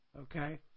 okay